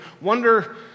wonder